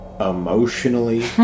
emotionally